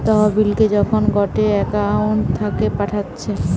তহবিলকে যখন গটে একউন্ট থাকে পাঠাচ্ছে